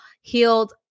healed